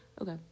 Okay